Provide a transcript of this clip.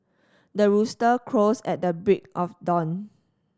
the rooster crows at the break of dawn